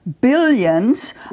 billions